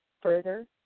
further